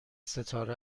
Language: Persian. ستاره